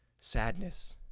sadness